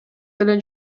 деле